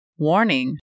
Warning